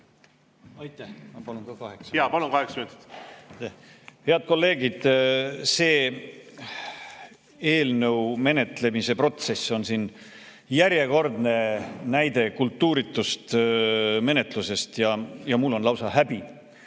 Jaa, palun, kaheksa minutit! Head kolleegid! See eelnõu menetlemise protsess on järjekordne näide kultuuritust menetlusest. Ja mul on lausa häbi.